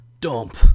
dump